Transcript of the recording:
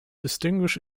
distinguish